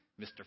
Mr